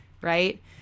right